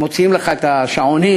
מוציאים לכם את השעונים,